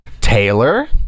Taylor